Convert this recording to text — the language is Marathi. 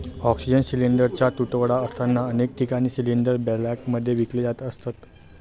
ऑक्सिजन सिलिंडरचा तुटवडा असताना अनेक ठिकाणी सिलिंडर ब्लॅकमध्ये विकले जात असत